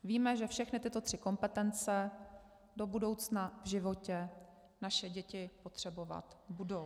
Víme, že všechny tyto tři kompetence do budoucna v životě naše děti potřebovat budou.